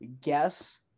guess